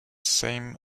same